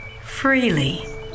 Freely